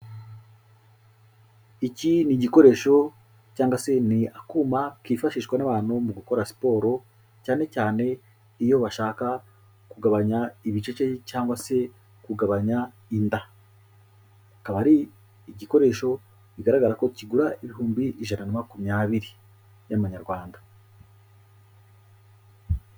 Iki ni igikoresho cyangwa se ni akuma kifashishwa n'abantu mu gukora siporo cyane cyane iyo bashaka kugabanya ibicece cyangwa se kugabanya inda, akaba ari igikoresho bigaragara ko kigura ibihumbi ijana na makumyabiri, y'Amanyarwanda.